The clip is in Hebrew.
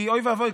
כי אוי ואבוי,